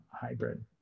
hybrid